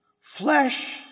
Flesh